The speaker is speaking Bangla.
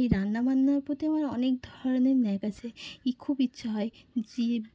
এই রান্নাবান্নার প্রতি আমার অনেক ধরনের ন্যাক আছে এই খুব ইচ্ছে হয় যে